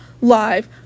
live